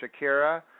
Shakira